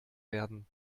werden